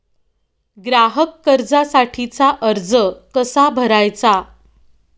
ग्राहक कर्जासाठीचा अर्ज कसा भरायचा?